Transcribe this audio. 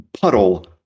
Puddle